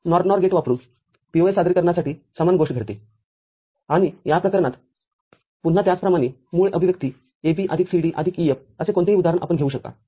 NOR NOR गेटवापरून POS सादरीकरणासाठी समान गोष्ट घडते आणि या प्रकरणात पुन्हा त्याच प्रमाणे मूळ अभिव्यक्ती AB आदिक CD आदिक EF असे कोणतेही उदाहरण आपण घेऊ शकता